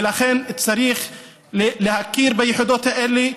ולכן צריך להכיר ביחידות האלה,